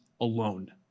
alone